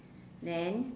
then